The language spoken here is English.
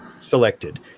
selected